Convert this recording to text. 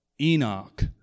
Enoch